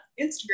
Instagram